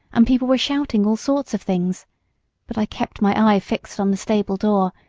and people were shouting all sorts of things but i kept my eye fixed on the stable door,